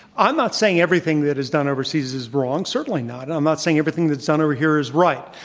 i'm not saying everything that is done overseas is wrong, certainly not. i'm not saying everything that's done over here is right.